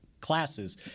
classes